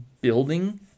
building